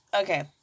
Okay